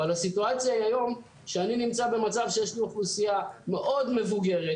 אבל הסיטואציה היום היא שאני נמצא במצב שיש לי אוכלוסייה מאוד מבוגרת,